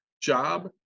job